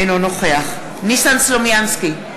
אינו נוכח ניסן סלומינסקי,